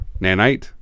Nanite